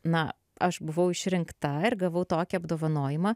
na aš buvau išrinkta ir gavau tokį apdovanojimą